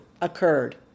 occurred